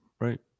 right